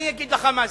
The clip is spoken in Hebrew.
אני אגיד לך מה זה: